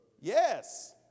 Yes